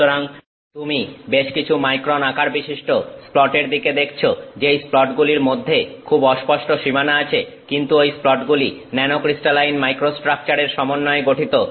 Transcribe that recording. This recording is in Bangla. সুতরাং তুমি বেশকিছু মাইক্রন আকার বিশিষ্ট স্প্লটের দিকে দেখছ যেই স্প্লটগুলির মধ্যে খুব অস্পষ্ট সীমানা আছে কিন্তু ঐ স্প্লটগুলি ন্যানোক্রিস্টালাইন মাইক্রোস্ট্রাকচারের সমন্বয়ে গঠিত